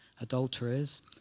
adulterers